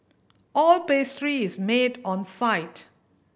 all pastry is made on site